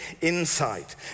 insight